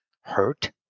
hurt